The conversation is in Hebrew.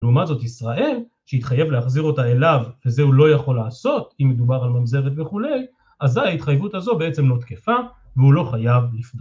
לעומת זאת ישראל, שהתחייב להחזיר אותה אליו וזה הוא לא יכול לעשות אם מדובר על ממזרת וכולי, אז ההתחייבות הזו בעצם לא תקפה והוא לא חייב להפגש.